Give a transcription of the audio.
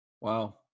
Wow